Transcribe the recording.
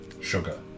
sugar